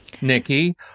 Nikki